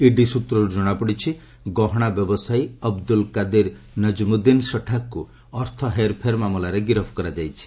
ED ସୂତ୍ରରୁ କ୍ଷଣାପଡ଼ିଛି ଗହଣା ବ୍ୟବସାୟୀ ଅବଦୁଲ୍ କାଦିର୍ ନଙ୍କ୍ମୁଦ୍ଦିନ ସଠାକ୍କୁ ଅର୍ଥ ହେରଫେର ମାମଲାରେ ଗିରଫ କରାଯାଇଛି